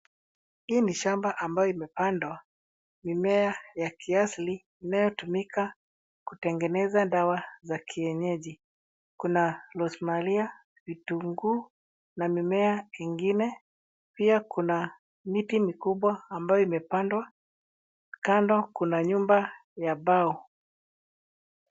Hii ni shamba ambayo imepandwa mimea ya kiasili inayotumika kutengeneza dawa za kienyeji. Kuna rose mary , vitunguu na mimea ingine. Pia kuna miti mikubwa ambayo imepandwa. Kando kuna nyumba ya mbao.